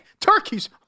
Turkeys